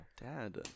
Dad